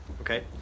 Okay